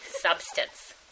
substance